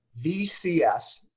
VCS